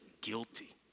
guilty